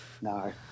no